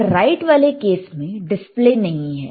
पर राइट वाले केस में डिस्प्ले नहीं है